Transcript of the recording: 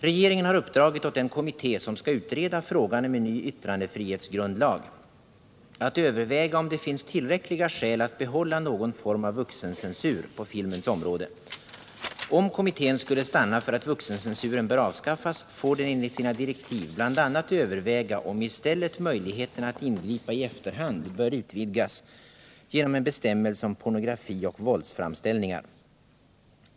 Regeringen har uppdragit åt den kommitté som skall utreda frågan om en ny yttrandefrihetsgrundlag att överväga om det finns tillräckliga skäl att behålla någon form av vuxencensur på filmens område. Om kommittén skulle stanna för att vuxencensuren bör avskaffas, får den enligt sina direktiv bl.a. överväga om i stället möjligheterna att ingripa i efterhand bör utvidgas genom en bestämmelse om pornografi och våldsframställningar.